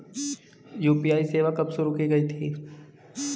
UPI सेवा कब शुरू की गई थी?